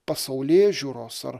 pasaulėžiūros ar